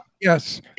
Yes